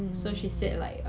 I can see through